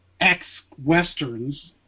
ex-Westerns